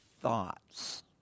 thoughts